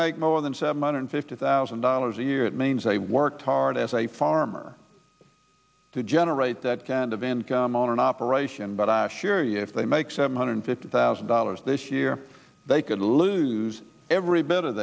make more than seven hundred fifty thousand dollars a year it means they work hard as a farmer to generate that kind of income on an operation but i assure you if they make seven hundred fifty thousand dollars this year they could lose every bit of